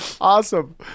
Awesome